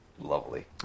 lovely